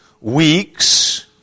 weeks